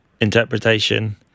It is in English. interpretation